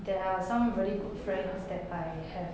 there are some really good friends that I have